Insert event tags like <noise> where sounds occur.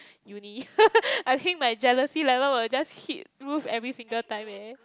uni <laughs> I think my jealousy level will just hit roof every single time eh